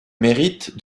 mérite